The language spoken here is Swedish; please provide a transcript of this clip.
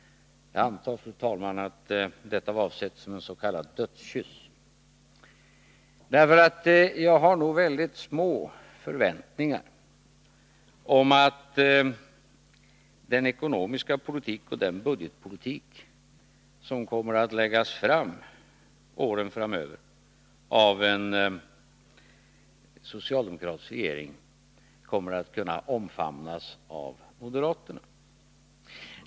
Jag antar, fru talman, att detta var avsett som en s.k. dödskyss. Jag har nog väldigt små förväntningar om att den ekonomiska politik och den budgetpolitik som kommer att läggas fram under åren framöver av en socialdemokratisk regering kommer att kunna omfamnas av moderaterna.